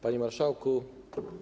Panie Marszałku!